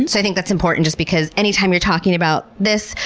and i think that's important just because anytime you're talking about this,